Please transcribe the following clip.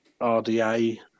RDA